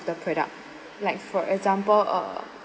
the product like for example uh